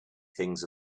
things